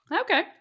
Okay